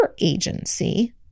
agency